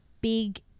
big